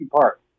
Park